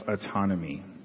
autonomy